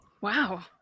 wow